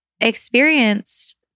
experienced